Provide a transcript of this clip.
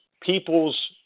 people's